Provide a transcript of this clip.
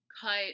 cut